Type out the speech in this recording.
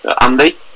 Andy